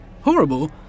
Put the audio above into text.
Horrible